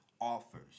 offers